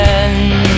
end